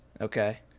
okay